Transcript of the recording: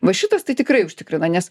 va šitas tai tikrai užtikrina nes